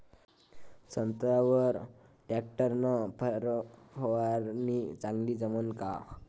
संत्र्यावर वर टॅक्टर न फवारनी चांगली जमन का?